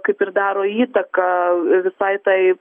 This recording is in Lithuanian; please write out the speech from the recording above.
kaip ir daro įtaką i visai tai